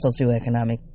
socioeconomic